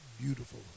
beautiful